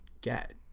get